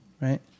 Right